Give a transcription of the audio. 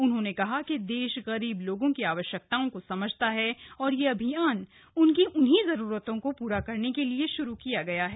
उन्होंने कहा कि देश गरीब लोगों की वश्यकताओं को समझता ह और यह अभियान उनकी इन्हीं जरूरतों को पूरा करने के लिए शुरू किया गया है